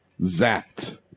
Zapped